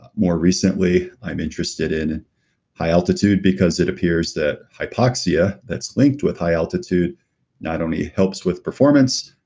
more recently, i'm interested in high altitude because it appears that hypoxia that's linked with high altitude not only helps with performance,